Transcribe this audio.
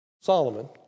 Solomon